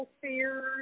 fears